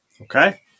Okay